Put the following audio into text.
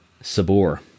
Sabor